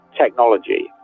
technology